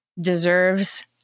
deserves